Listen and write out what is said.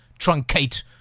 truncate